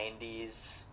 90s